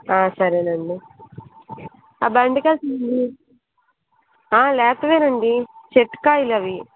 సరేనండి బెండకాసినవి లేతవేనండీ చెట్టుకాయలు అవి